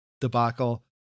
debacle